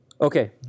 Okay